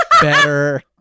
better